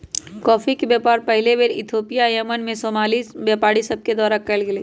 coffee के व्यापार पहिल बेर इथोपिया से यमन में सोमाली व्यापारि सभके द्वारा कयल गेलइ